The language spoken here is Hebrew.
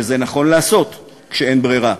ואת זה נכון לעשות כשאין ברירה.